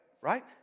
Right